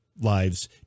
lives